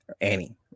Annie